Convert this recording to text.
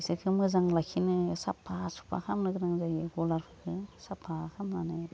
इसोरखौ मोजां लाखिनो साफा सुफा खालामनो गोनां जायो गलाफोरखौ साफा खालामनानै